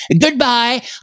Goodbye